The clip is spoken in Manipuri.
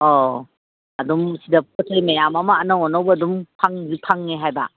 ꯑꯧ ꯑꯗꯨꯝ ꯁꯤꯗ ꯄꯣꯠ ꯆꯩ ꯃꯌꯥꯝ ꯑꯃ ꯑꯅꯧ ꯑꯅꯧꯕ ꯑꯗꯨꯝ ꯐꯪꯉꯦ ꯍꯥꯏꯕ